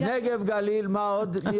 נגב גליל, מה עוד?